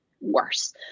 worse